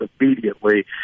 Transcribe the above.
immediately